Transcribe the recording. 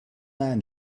man